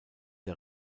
der